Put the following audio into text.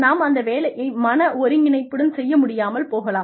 நாம் அந்த வேலையை மன ஒருங்கிணைப்புடன் செய்ய முடியாமல் போகலாம்